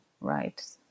right